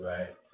Right